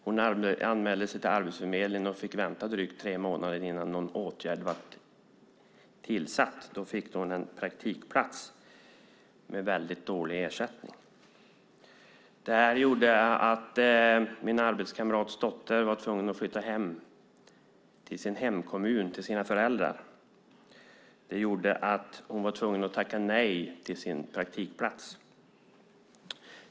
Hon anmälde sig till Arbetsförmedlingen men fick vänta drygt tre månader på en åtgärd, en praktikplats med dålig ersättning. Min arbetskamrats dotter blev då tvungen att flytta tillbaka till sin hemkommun och sina föräldrar och tvingades tacka nej till sin praktikplats.